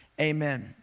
amen